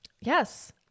yes